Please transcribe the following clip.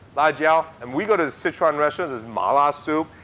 ah yeah ah and we go to sichuan restaurants. there's mala soup.